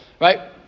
right